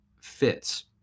fits